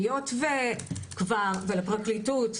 היות והפרקליטות,